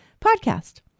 podcast